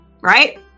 Right